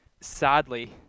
sadly